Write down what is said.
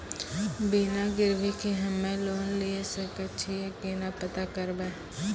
बिना गिरवी के हम्मय लोन लिये सके छियै केना पता करबै?